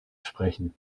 sprechen